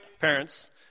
parents